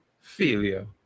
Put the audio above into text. failure